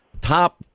top